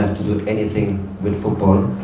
anything with football,